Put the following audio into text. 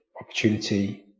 opportunity